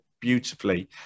beautifully